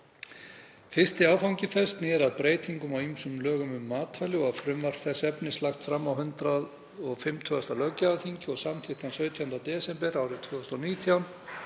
Fyrsti áfangi sneri að breytingum á ýmsum lögum um matvæli og var frumvarp þess efnis lagt fram á 150. löggjafarþingi og samþykkt þann 17. desember árið 2019.